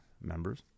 members